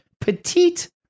petite